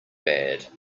bad